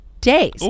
days